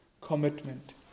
commitment